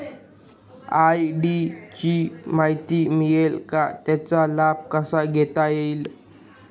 RD ची माहिती मिळेल का, त्याचा लाभ कसा घेता येईल?